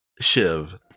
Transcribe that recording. Shiv